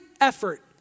effort